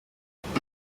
niwe